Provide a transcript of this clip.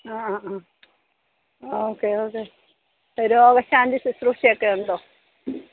ആ ആ ആ ഓക്കേ ഓക്കേ രോഗശാന്തി ശുശ്രൂഷയൊക്കെ ഉണ്ടോ